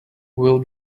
will